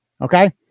Okay